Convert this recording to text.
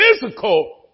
physical